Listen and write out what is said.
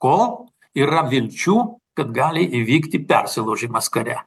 kol yra vilčių kad gali įvykti persilaužimas kare